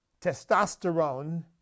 testosterone